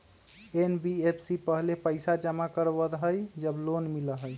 NBFC पहले पईसा जमा करवहई जब लोन मिलहई?